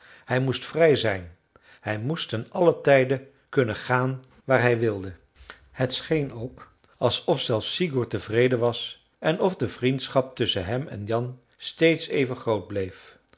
hij moest vrij zijn hij moest ten allen tijde kunnen gaan waar hij wilde het scheen ook alsof zelfs sigurd tevreden was en of de vriendschap tusschen hem en jan steeds even groot bleef